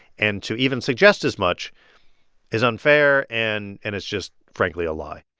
and to even suggest as much is unfair and and is just frankly a lie.